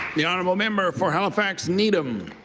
the honourable member for halifax needham.